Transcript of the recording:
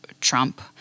Trump